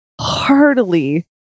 heartily